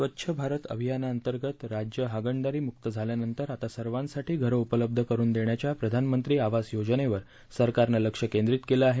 स्वच्छ भारत अभियानाअंतर्गत राज्य हागणदारीमुक मुक्त झाल्यानंतर आता सर्वांसाठी घरं उपलब्ध करून देण्याच्या प्रधानमंत्री आवास योजनेवर सरकारनं लक्ष केंद्रीत केलं आहे